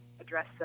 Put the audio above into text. address